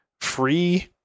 free